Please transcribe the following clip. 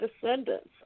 descendants